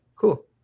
Cool